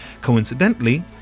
Coincidentally